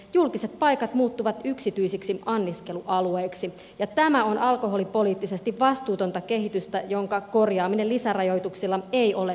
julkiset paikat muuttuvat yksityisiksi anniskelualueiksi ja tämä on alkoholipoliittisesti vastuutonta kehitystä jonka korjaaminen lisärajoituksilla ei ole kestävä ratkaisu